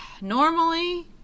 Normally